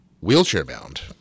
wheelchair-bound